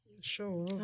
Sure